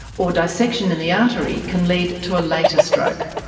or dissection in the artery can lead to a later stroke.